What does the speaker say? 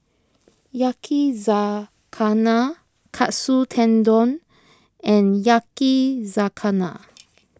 Yakizakana Katsu Tendon and Yakizakana